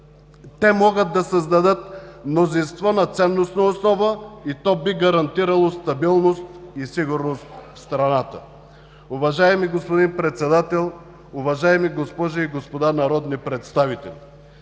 Те могат да създадат мнозинство на ценностна основа и то би гарантирало стабилност и сигурност в страната. Уважаеми господин Председател, уважаеми госпожи и господа народни представители!